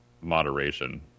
moderation